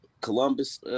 Columbus